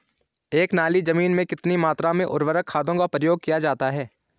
एक नाली जमीन में कितनी मात्रा में उर्वरक खादों का प्रयोग किया जाता है?